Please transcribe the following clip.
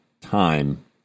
time